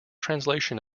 translation